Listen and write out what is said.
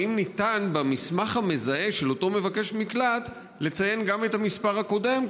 האם ניתן במסמך המזהה של אותו מבקש מקלט לציין גם את המספר הקודם?